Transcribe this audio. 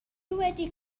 wedi